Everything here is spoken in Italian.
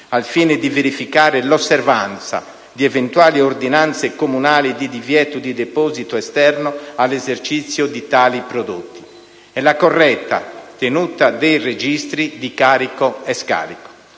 al fine di verificare l'osservanza di eventuali ordinanze comunali di divieto di deposito esterno all'esercizio di tali prodotti e la corretta tenuta dei registri di carico e scarico.